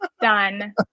Done